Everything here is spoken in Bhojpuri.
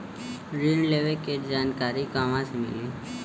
ऋण लेवे के जानकारी कहवा से मिली?